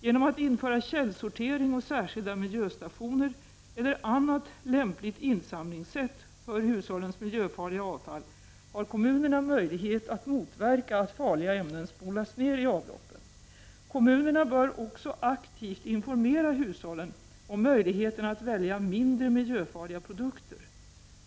Genom att införa källsortering och särskilda miljöstationer eller annat lämpligt insamlingssätt för hushållens miljöfarliga avfall har kommunerna möjlighet att motverka att farliga ämnen spolas ner i avloppen. Kommunerna bör också aktivt informera hushållen om möjligheterna att välja mindre miljöfarliga produkter.